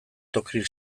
toki